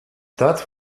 that